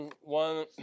one